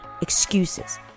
excuses